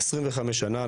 25 שנה,